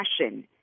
passion